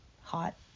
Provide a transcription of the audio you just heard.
hot